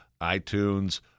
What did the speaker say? iTunes